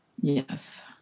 Yes